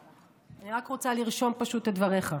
אני רק רוצה לרשום, פשוט, את דבריך.